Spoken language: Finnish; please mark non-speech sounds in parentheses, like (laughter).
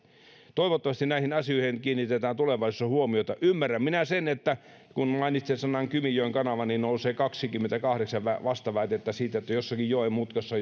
toivottavasti näihin asioihin kiinnitetään tulevaisuudessa huomiota ymmärrän minä sen että kun mainitsen sanat kymijoen kanava niin nousee kaksikymmentäkahdeksan vastaväitettä siitä että jossakin joenmutkassa (unintelligible)